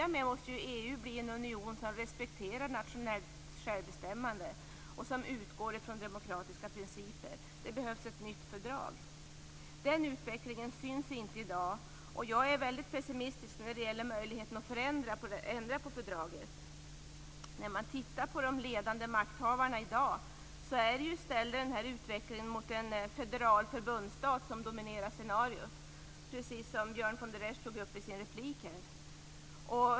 EU måste bli en union som respekterar nationellt självbestämmande och som utgår från demokratiska principer. Det behövs ett nytt fördrag. Den utvecklingen syns inte i dag. Jag är pessimistisk till möjligheten att ändra på fördraget. Bland de ledande makthavarna i dag finns det snarare en utveckling mot en federal förbundsstat som dominerar scenariot - precis som Björn von der Esch tog upp i sin replik.